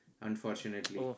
Unfortunately